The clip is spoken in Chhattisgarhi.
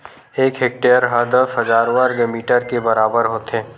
एक हेक्टेअर हा दस हजार वर्ग मीटर के बराबर होथे